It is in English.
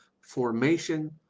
formation